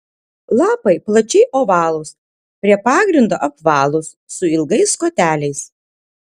lapai plačiai ovalūs prie pagrindo apvalūs su ilgais koteliais